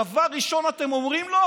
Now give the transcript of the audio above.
דבר ראשון אתם אומרים לו: